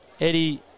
Eddie